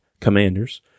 commanders